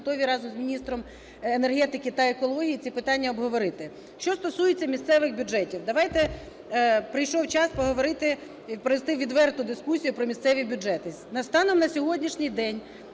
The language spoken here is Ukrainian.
готові разом з міністром енергетики та екології ці питання обговорити. Що стосується місцевих бюджетів. Давайте, прийшов час поговорити, провести відверту дискусію про місцеві бюджети.